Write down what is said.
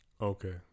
okay